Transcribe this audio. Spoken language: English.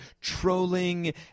trolling